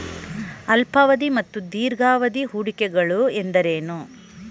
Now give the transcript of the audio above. ಅಲ್ಪಾವಧಿ ಮತ್ತು ದೀರ್ಘಾವಧಿ ಹೂಡಿಕೆಗಳು ಎಂದರೇನು?